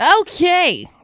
Okay